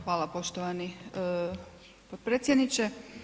Hvala poštovani potpredsjedniče.